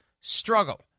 struggle